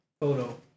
photo